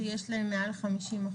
שיש להם מעל 50%,